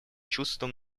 чувством